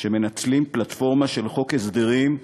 שמנצלים פלטפורמה של חוק הסדרים,